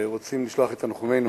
רוצים לשלוח את תנחומינו